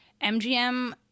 MGM